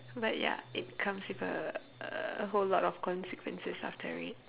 but ya it comes with a uh whole lot of consequences after it